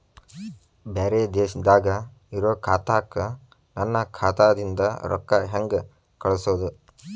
ಬ್ಯಾರೆ ದೇಶದಾಗ ಇರೋ ಖಾತಾಕ್ಕ ನನ್ನ ಖಾತಾದಿಂದ ರೊಕ್ಕ ಹೆಂಗ್ ಕಳಸೋದು?